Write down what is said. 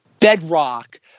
bedrock